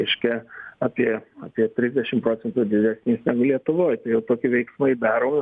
reiškia apie apie trisdešim procentų didesnės negu lietuvoj tai jau veiksmai daro